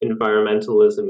environmentalism